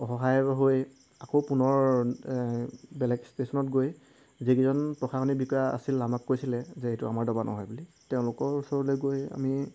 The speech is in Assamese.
অসহায় হৈ আকৌ পুনৰ বেলেগ ষ্টেশ্যনত গৈ যিকেইজন প্ৰশাসনিক বিষয়া আছিল আমাক কৈছিলে যে এইটো আমাৰ ডবা নহয় বুলি তেওঁলোকৰ ওচৰলৈ গৈ আমি